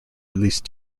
released